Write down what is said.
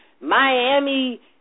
Miami